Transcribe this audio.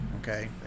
okay